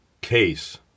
case